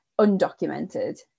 undocumented